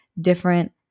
different